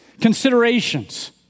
considerations